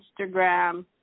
Instagram